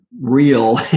Real